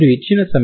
Edt dP